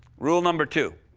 rule number two.